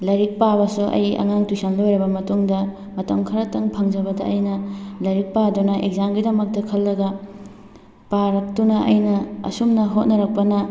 ꯂꯥꯏꯔꯤꯛ ꯄꯥꯕꯁꯨ ꯑꯩ ꯑꯉꯥꯡ ꯇ꯭ꯌꯨꯁꯟ ꯂꯣꯏꯔꯕ ꯃꯇꯨꯡꯗ ꯃꯇꯝ ꯈꯔꯇꯪ ꯐꯪꯖꯕꯗ ꯑꯩꯅ ꯂꯥꯏꯔꯤꯛ ꯄꯥꯗꯨꯅ ꯑꯦꯛꯖꯥꯝꯒꯤꯗꯃꯛꯇ ꯈꯜꯂꯒ ꯄꯥꯔꯛꯇꯨꯅ ꯑꯩꯅ ꯑꯁꯨꯝꯅ ꯍꯣꯠꯅꯔꯛꯄꯅ